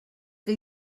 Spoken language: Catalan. que